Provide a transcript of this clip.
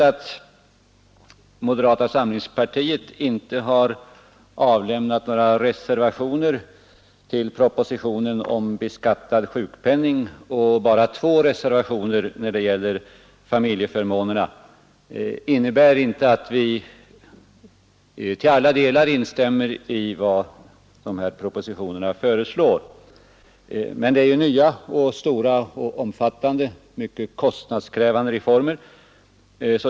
Att moderata samlingspartiet inte har avlämnat några reservationer till propositionen om beskattad sjukpenning och bara två reservationer när det gäller familjeförmånerna innebär inte att vi till alla delar instämmer i vad propositionerna föreslår. Men det är nya, stora, omfattande och mycket kostnadskrävande reformer.